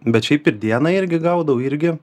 bet šiaip ir dieną irgi gaudau irgi